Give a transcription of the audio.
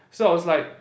so I was like